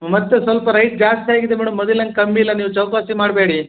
ಮತ್ತೆ ಸ್ವಲ್ಪ ರೈಟ್ ಜಾಸ್ತಿಯಾಗಿದೆ ಮೇಡಮ್ ಮೊದಿಲಂಗೆ ಕಮ್ಮಿಯಿಲ್ಲ ನೀವು ಚೌಕಾಶಿ ಮಾಡಬೇಡಿ